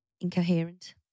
incoherent